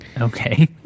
Okay